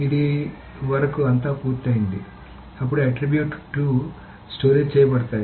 ఇది వరకు అంతా పూర్తయింది అప్పుడు ఆట్రిబ్యూట్ 2 స్టోరేజ్ చేయబడతాయి